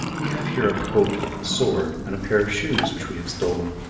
we have here a coat, a sword, and a pair of shoes which we have stolen.